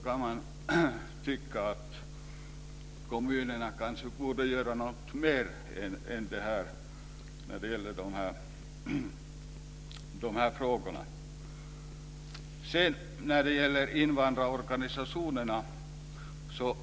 Man kan tycka att kommunerna borde göra mer än så i dessa frågor. Det förekommer vidare en orättvisa när det gäller invandrarorganisationer.